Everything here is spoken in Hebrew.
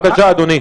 בבקשה, אדוני.